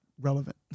relevant